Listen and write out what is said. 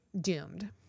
doomed